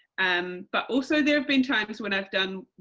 and but also there have been times when i've done,